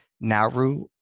Nauru